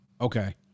okay